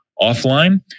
offline